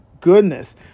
goodness